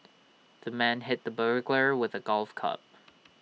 the man hit the burglar with A golf club